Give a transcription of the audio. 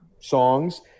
songs